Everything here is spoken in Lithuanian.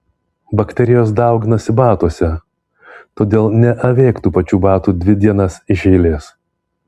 bakterijos dauginasi batuose todėl neavėk tų pačių batų dvi dienas iš eilės